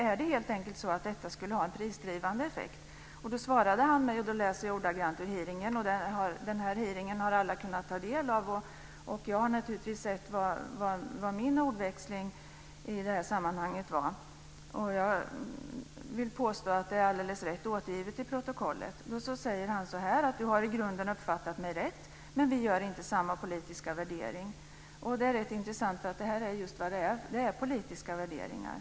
Är det helt enkelt så att detta skulle ha en prisdrivande effekt? Jag ska läsa upp vad som sades vid hearingen. Alla har kunnat ta del av protokollet från denna hearing. Och det som jag sade i detta sammanhang är alldeles rätt återgivet i protokollet. Experten sade: "Du har i grunden uppfattat mig rätt, men vi gör inte samma politiska värdering." Det är rätt intressant, eftersom detta är just politiska värderingar.